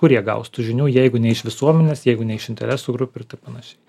kur jie gaus tų žinių jeigu ne iš visuomenės jeigu ne iš interesų grupių ir taip panašiai